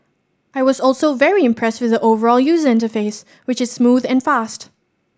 I was also very impressed with the overall user interface which is smooth and fast